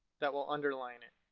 that will underline it.